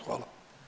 Hvala.